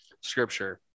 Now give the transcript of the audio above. scripture